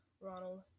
Ronald